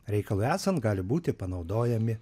reikalui esant gali būti panaudojami